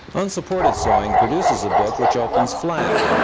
unsupported sewing produces a book which opens flat,